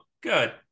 good